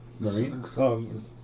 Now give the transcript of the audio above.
Marine